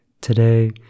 Today